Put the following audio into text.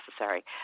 necessary